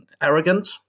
arrogant